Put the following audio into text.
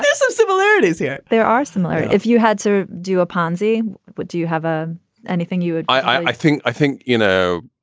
some similarities here there are similar. if you had to do a ponzi would do you have ah anything you would i think i think, you know,